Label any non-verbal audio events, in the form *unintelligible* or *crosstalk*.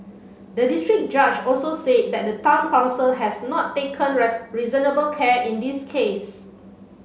the district judge also said that the town council has not taken *unintelligible* reasonable care in this case